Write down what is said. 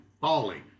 falling